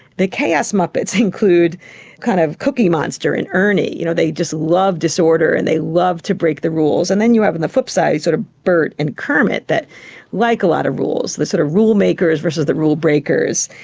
the chaos muppets include kind of cookie monster and ernie, you know they just love disorder and they love to break the rules, and then you have on the flip-side sort of burt and kermit that like a lot of rules, the sort of rule makers versus the rule breakers.